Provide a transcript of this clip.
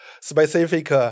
specific